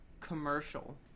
commercial